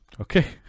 Okay